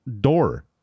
door